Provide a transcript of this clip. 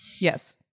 Yes